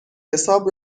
حساب